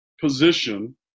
position